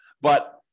But-